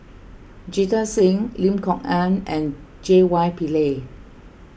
Jita Singh Lim Kok Ann and J Y Pillay